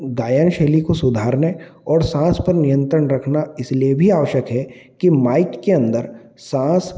गायन शैली को सुधारने और साँस पर नियंत्रण रखना इसलिए भी आवश्यक है कि माइक के अंदर साँस